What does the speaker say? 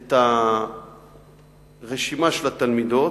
את הרשימה של התלמידות,